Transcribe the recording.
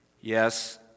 Yes